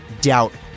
doubt